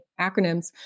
acronyms